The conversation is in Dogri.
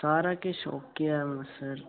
सारा किश ओके ऐ सर